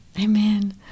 Amen